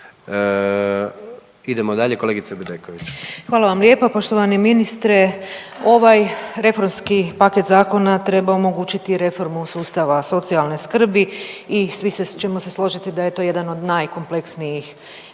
Idemo dalje, kolegica Bedeković. **Bedeković, Vesna (HDZ)** Hvala vam lijepa. Poštovani ministre ovaj reformski paket zakona treba omogućiti i reformu sustava socijalne skrbi i svi ćemo se složiti da je to jedan od najkompleksnijih